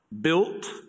built